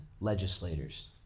legislators